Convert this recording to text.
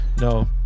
no